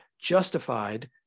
justified